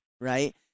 right